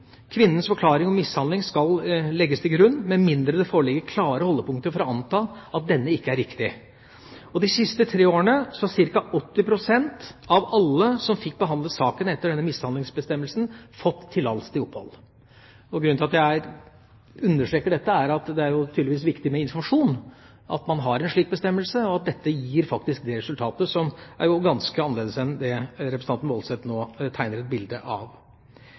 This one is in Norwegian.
Kvinnens forklaring om mishandling skal legges til grunn, med mindre det foreligger klare holdepunkter for å anta at denne ikke er riktig. De siste tre årene har ca. 80 pst. av alle som fikk behandlet saken etter denne mishandlingsbestemmelsen, fått tillatelse til opphold. Grunnen til at jeg understreker dette, er at det tydeligvis er viktig med informasjon om at man har en slik bestemmelse, og at dette faktisk gir et resultat som er ganske annerledes enn det representanten Woldseth nå tegner et bilde av.